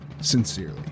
Sincerely